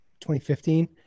2015